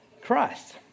Christ